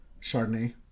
Chardonnay